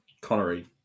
Connery